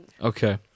Okay